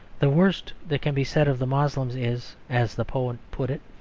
the worst that can be said of the moslems is, as the poet put it,